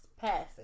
passing